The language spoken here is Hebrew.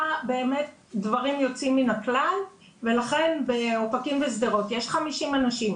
דברים יוצאים מן הכלל ולכן באופקים ושדרות יש 50 אנשים.